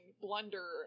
blunder